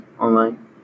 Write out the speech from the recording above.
online